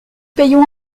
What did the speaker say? payons